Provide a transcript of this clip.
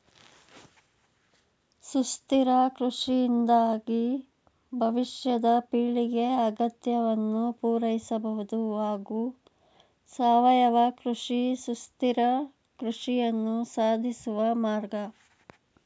ಸುಸ್ಥಿರ ಕೃಷಿಯಿಂದಾಗಿ ಭವಿಷ್ಯದ ಪೀಳಿಗೆ ಅಗತ್ಯವನ್ನು ಪೂರೈಸಬಹುದು ಹಾಗೂ ಸಾವಯವ ಕೃಷಿ ಸುಸ್ಥಿರ ಕೃಷಿಯನ್ನು ಸಾಧಿಸುವ ಮಾರ್ಗ